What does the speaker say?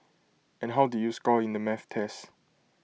and how did you score in the math test